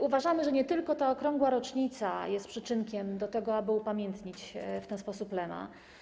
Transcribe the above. Uważamy, że nie tylko ta okrągła rocznica powinna być przyczynkiem do tego, aby upamiętnić w ten sposób Lema.